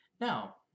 Now